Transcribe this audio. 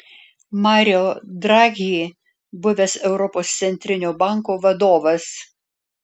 mario draghi buvęs europos centrinio banko vadovas